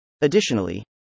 Additionally